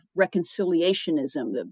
reconciliationism